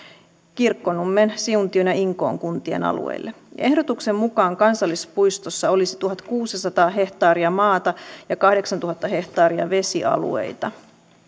kirkkonummen siuntion ja inkoon kuntien alueille ehdotuksen mukaan kansallispuistossa olisi tuhatkuusisataa hehtaaria maata ja kahdeksantuhatta hehtaaria vesialueita